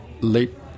late